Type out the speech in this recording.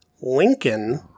Lincoln